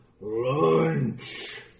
Lunch